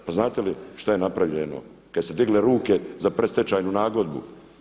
Pa znate što je napravljeno kada su se digle ruke za predstečajnu nagodbu?